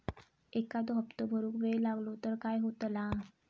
एखादो हप्तो भरुक वेळ लागलो तर काय होतला?